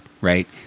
right